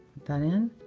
that in,